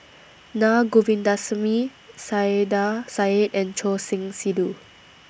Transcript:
Na Govindasamy Saiedah Said and Choor Singh Sidhu